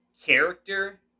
character